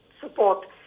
support